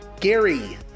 Gary